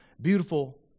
beautiful